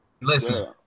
Listen